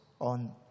on